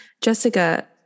Jessica